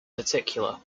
particular